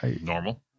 Normal